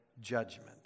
judgment